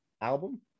album